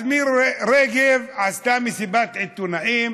אז מירי רגב עשתה מסיבת עיתונאים